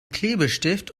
klebestift